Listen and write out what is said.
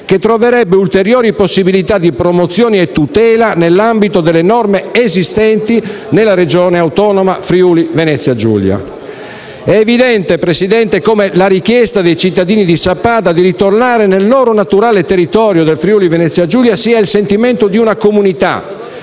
che troverebbe ulteriori possibilità di promozione e tutela nell'ambito delle norme esistenti nella Regione autonoma Friuli-Venezia Giulia. È evidente, signor Presidente, come la richiesta dei cittadini di Sappada di ritornare nel loro naturale territorio del Friuli-Venezia Giulia sia il sentimento di una comunità